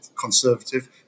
Conservative